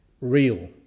real